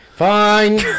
Fine